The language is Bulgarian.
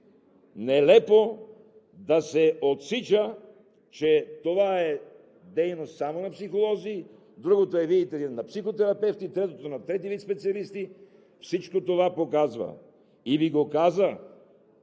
нелепо да се отсича, че това е дейност само на психолози, другото е, видите ли, на психотерапевти, третото на трети вид специалисти. Всичко това показва, и Ви го каза